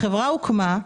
החברה הוקמה,